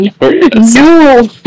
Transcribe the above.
No